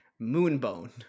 Moonbone